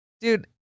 Dude